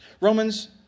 Romans